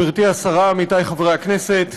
גברתי השרה, עמיתיי חברי הכנסת,